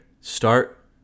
start